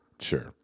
Sure